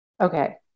okay